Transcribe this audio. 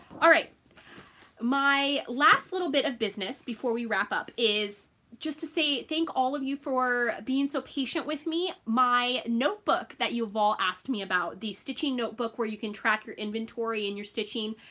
alright my last little bit of business before we wrap up is just to say thank all of you for being so patient with me. my notebook that you've all asked me about the stitching notebook where you can track your inventory in your stitching.